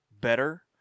better